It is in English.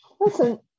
Listen